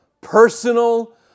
personal